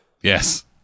Yes